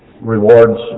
rewards